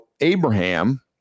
Abraham